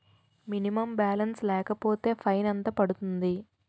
Minimum balance లేకపోతే fine ఎంత పడుతుంది?